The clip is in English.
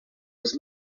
was